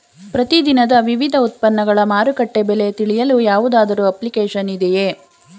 ಪ್ರತಿ ದಿನದ ವಿವಿಧ ಉತ್ಪನ್ನಗಳ ಮಾರುಕಟ್ಟೆ ಬೆಲೆ ತಿಳಿಯಲು ಯಾವುದಾದರು ಅಪ್ಲಿಕೇಶನ್ ಇದೆಯೇ?